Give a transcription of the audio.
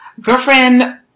girlfriend